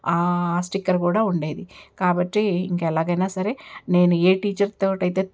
ఆ స్టిక్కర్ కూడా ఉండేది కాబట్టి ఇంకా ఎలాగైనా సరే నేను ఏ టీచర్తోనైతే